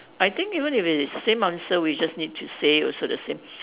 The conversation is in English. I think even if it's the same answer we just need to say also the same